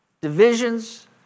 divisions